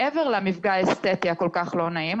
מעבר למפגע האסתטי הכול כך לא נעים.